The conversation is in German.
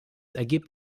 ergibt